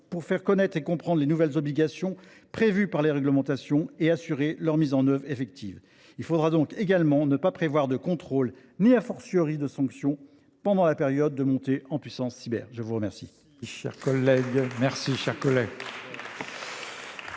pour faire connaître et faire comprendre les nouvelles obligations prévues par la réglementation, et assurer leur mise en œuvre effective. Il faudra donc également ne pas prévoir de contrôle ni,, de sanctions pendant la période de montée en puissance cyber. La parole